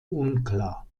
unklar